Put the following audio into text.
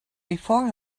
before